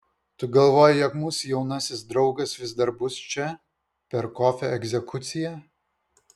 tu galvoji jog mūsų jaunasis draugas vis dar bus čia per kofio egzekuciją